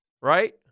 right